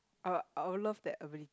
uh I will love that ability